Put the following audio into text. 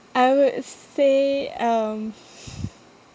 I would say um